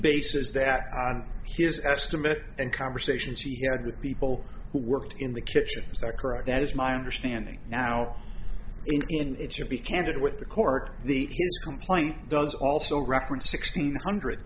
bases that on his estimate and conversations he had with people who worked in the kitchen is that correct that is my understanding now and it should be candid with the court the complainant does also reference sixteen hundred